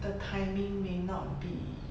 the timing may not be